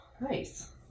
Nice